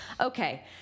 Okay